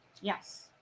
Yes